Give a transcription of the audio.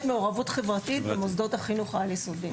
מעורבות חברתית במוסדות החינוך העל יסודיים.